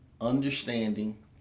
understanding